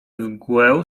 mgłę